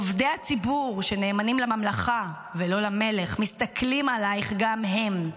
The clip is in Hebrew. עובדי הציבור שנאמנים לממלכה ולא למלך מסתכלים עלייך גם הם,